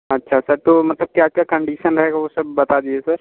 अच्छा सर तो मतलब क्या क्या कंडीशन रहेगा वह सब बता दीजिए सर